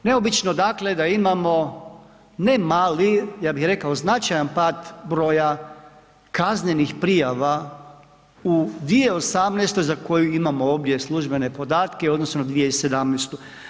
Neobično dakle da imamo ne mali, ja bih rekao značajan pad broja kaznenih prijava u 2018. za koju imamo ovdje službene podatke u odnosu na 2017.